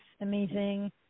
amazing